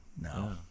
no